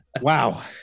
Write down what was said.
Wow